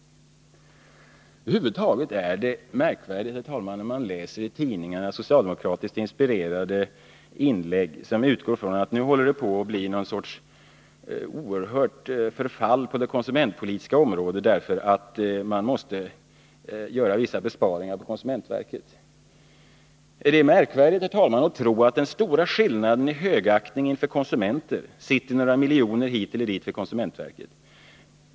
Över huvud taget är det märkligt, herr talman, att i tidningar läsa socialdemokratiskt inspirerade inlägg som utgår från att det nu håller på att bli någon sorts oerhört förfall på det konsumentpolitiska området därför att man måste göra vissa besparingar inom konsumentverket. Det är märkvärdigt, herr talman, att man tror att den stora skillnaden i högaktning för konsumenterna sitter i några miljoner hit eller dit till konsumentverket.